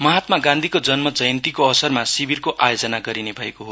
महात्मा गान्धीको जन्म ज्यन्तिको अवसरमा शिविरको आयोजना गरिने भएको हो